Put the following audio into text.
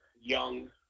young